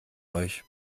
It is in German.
euch